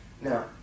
Now